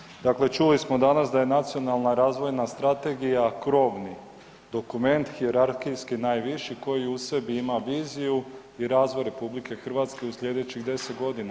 Kolegice Perić, dakle čuli smo danas da je Nacionalna razvojna strategija krovni dokument, hijerarhijski najviši koji u sebi ima viziju i razvoj RH u sljedećih 10 godina.